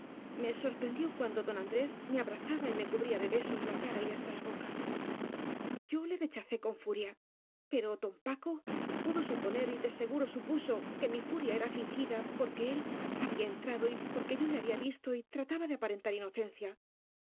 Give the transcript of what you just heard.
me sorprendió cuando don andrés me abra zaba y me cubría de besos la cara y hasta la boca yo le rechacé con furia pero don paco pudo su poner y de seguro supuso que rni furia era fingi da porque él había entrado y porque yo le había visto y trataba de aparentar inocencia